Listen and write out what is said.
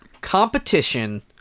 competition